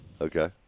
Okay